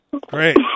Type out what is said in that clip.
Great